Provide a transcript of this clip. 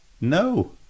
No